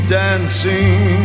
dancing